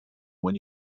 when